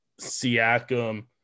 Siakam